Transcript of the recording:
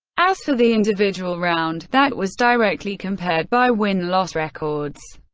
as for the individual round, that was directly compared by win-loss records.